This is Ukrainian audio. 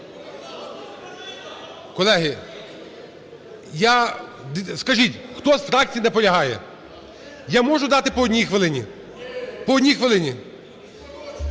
Колеги, я… Скажіть, хто з фракцій наполягає? Я можу дати по одній хвилині? По одній хвилині.